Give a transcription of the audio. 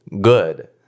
good